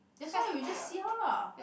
that's why we just see how lah